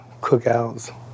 Cookouts